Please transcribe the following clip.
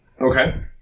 Okay